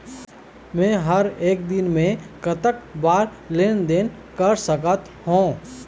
मे हर एक दिन मे कतक बार लेन देन कर सकत हों?